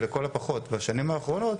שלכל הפחות בשנים האחרונות,